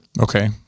okay